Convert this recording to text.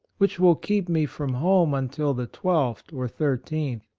which will keep me from home until the twelfth or thirteenth.